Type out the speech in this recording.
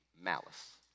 malice